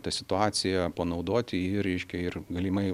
tą situaciją panaudoti ir reiškia ir galimai